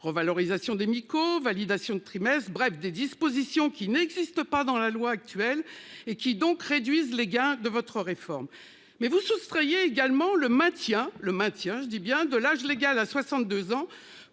Revalorisation des Mikko validation de trimestres. Bref, des dispositions qui n'existe pas dans la loi actuelle et qui donc réduisent les gars de votre réforme. Mais vous soustrayez également le maintien le maintien,